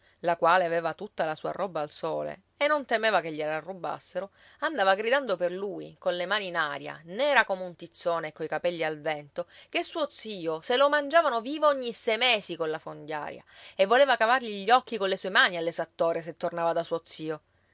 la quale aveva tutta la sua roba al sole e non temeva che gliela rubassero andava gridando per lui colle mani in aria nera come un tizzone e coi capelli al vento che suo zio se lo mangiavano vivo ogni sei mesi colla fondiaria e voleva cavargli gli occhi colle sue mani all'esattore se tornava da suo zio